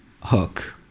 hook